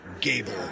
Gable